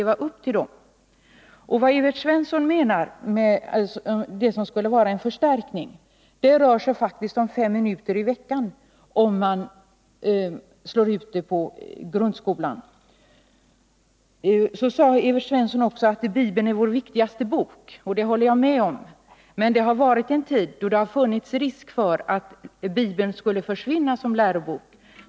Vad Evert Svensson talar om som en förstärkning rör sig faktiskt bara om fem minuter i veckan, om man slår ut det på grundskolan. Evert Svensson sade att Bibeln är vår viktigaste bok. Det håller jag med om. Men det har varit en tid då det har funnits risk för att Bibeln skulle försvinna som lärobok.